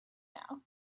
now